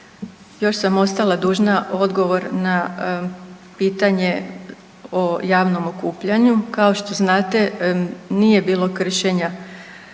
Još sam ostala dužna odgovor na pitanje o javnom okupljanju. Kao što znate nije bilo kršenja